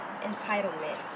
Entitlement